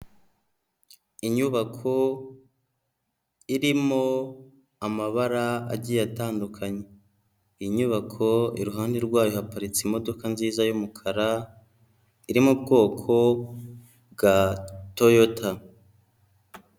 Inyubako irimo amabara agiye atandukanye, inyubako iruhande rwayo haparitse imodoka nziza y'umukara, iri mu ubwoko bwa Toyota.